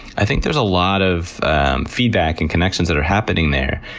i think there's a lot of feedback and connections that are happening there,